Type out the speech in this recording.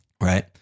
Right